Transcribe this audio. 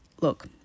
look